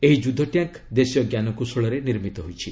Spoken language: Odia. ଏହି ଯୁଦ୍ଧ ଟ୍ୟାଙ୍କ ଦେଶୀୟ ଜ୍ଞାନକୌଶଳରେ ନିର୍ମିତ ହୋଇଛି